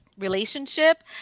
relationship